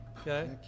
Okay